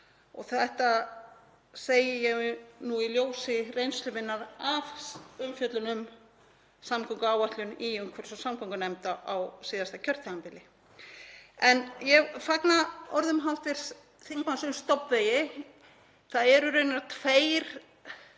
Þetta segi ég í ljósi reynslu minnar af umfjöllun um samgönguáætlun í umhverfis- og samgöngunefnd á síðasta kjörtímabili. En ég fagna orðum hv. þingmanns um stofnvegi. Það eru raunar tveir